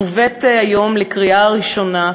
ומובאת היום לקריאה ראשונה,